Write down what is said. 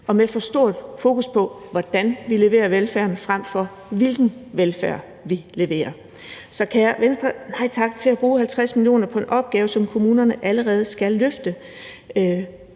og har for stort et fokus på, hvordan vi leverer velfærden, frem for hvilken velfærd vi leverer. Så til Venstre vil vi sige nej tak til at bruge 50 mio. kr. på en opgave, som kommunerne allerede skal løfte.